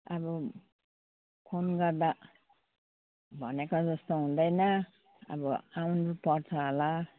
अब फोन गर्दा भनेको जस्तो हुँदैन अब आउनु पर्छ होला